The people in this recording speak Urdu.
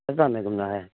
کہاں میں گھومنا ہے